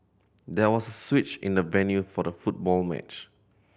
there was a switch in the venue for the football match